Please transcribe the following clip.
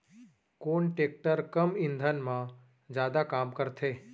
कोन टेकटर कम ईंधन मा जादा काम करथे?